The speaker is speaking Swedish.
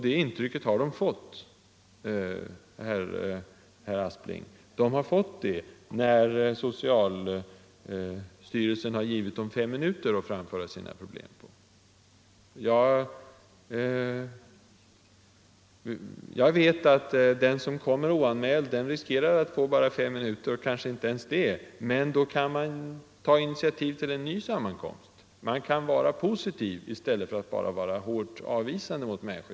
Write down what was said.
Det intrycket har de fått, herr Aspling, när socialstyrelsen har givit dem fem minuter för att framföra sina problem. Jag vet att den som kommer oanmäld riskerar att få bara fem minuter och kanske inte ens det. Men då kan man på socialstyrelsen ta initiativ till en ny sammankomst, man kan vara positiv i stället för hårt avvisande.